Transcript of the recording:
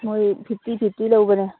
ꯃꯣꯏ fifty fifty ꯂꯧꯕꯅꯦ